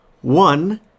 one